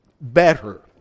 better